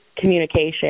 communication